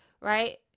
right